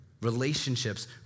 relationships